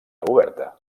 oberta